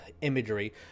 imagery